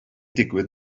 digwydd